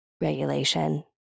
regulation